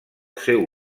seu